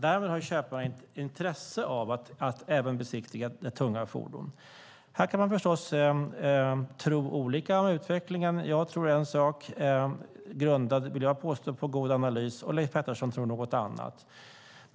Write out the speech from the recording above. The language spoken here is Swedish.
Därmed har köparen ett intresse av att även besiktiga tunga fordon. Här kan man förstås tro olika om utvecklingen. Jag tror en sak, och jag vill påstå att det är grundat på en god analys, och Leif Pettersson tror något annat.